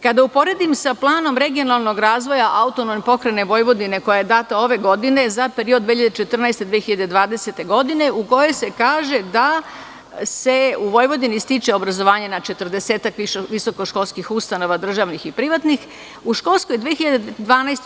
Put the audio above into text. Kada uporedim sa Planom regionalnog razvoja AP Vojvodine koji je dat ove godine za period od 2014-2020. godina, u kome se kaže da se u Vojvodini stiče obrazovanje na 40-ak visoko školskih ustanova, državnih i privatnih, u školskoj 2012/